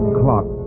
clock